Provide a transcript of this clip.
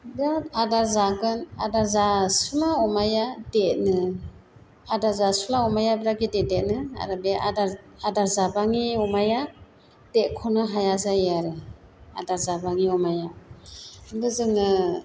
बिराद आदार जागोन आदार जासुला अमाया देरो आदार जासुला अमाया बिराद गेदेर देरो आरो बे आदार जाबाङि अमाया देरख'नो हाया जायो आरो आदार जाबाङि अमाया बेखायनो जोङो